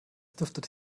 duftet